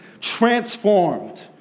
transformed